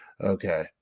Okay